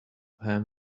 ham